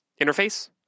interface